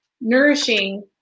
nourishing